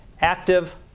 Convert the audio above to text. active